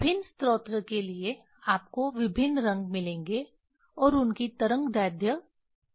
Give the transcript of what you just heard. विभिन्न स्रोत के लिए आपको विभिन्न रंग मिलेंगे और उनकी तरंगदैर्ध्य तय है